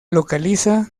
localiza